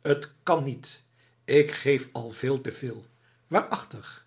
t kan niet ik geef al veel te veel waarachtig